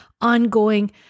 ongoing